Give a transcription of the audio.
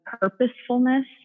purposefulness